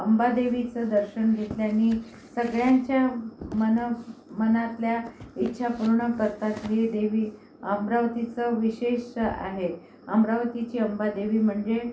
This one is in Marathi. अंबादेवीचं दर्शन घेतल्याने सगळ्याच्या मना मनातल्या इच्छा पूर्ण करतात ही देवी अमरावतीचं विशेष आहे अमरावतीची अंबादेवी म्हणजे